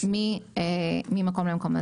ממקום למקום.